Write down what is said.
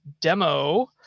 demo